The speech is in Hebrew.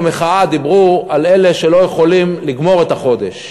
במחאה דיברו על אלה שלא יכולים לגמור את החודש